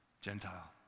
Gentile